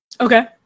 Okay